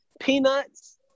Peanuts